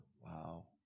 Wow